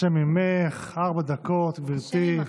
ה' עימךְ, ארבע דקות, גברתי.